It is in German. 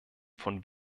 von